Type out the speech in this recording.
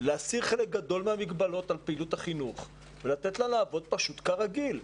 להסיר גדול מהמגבלות על פעילות החינוך ולתת לה לעבוד כרגיל.